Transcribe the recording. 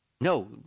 No